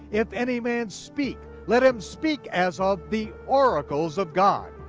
if any man speak, let him speak as of the oracles of god.